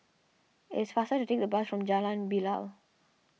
it is faster to take the bus from Jalan Bilal